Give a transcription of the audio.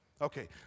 Okay